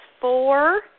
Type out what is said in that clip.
four